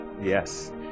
Yes